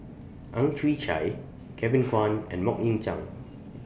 Ang Chwee Chai Kevin Kwan and Mok Ying Jang